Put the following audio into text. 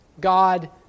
God